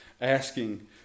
asking